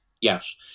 yes